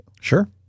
Sure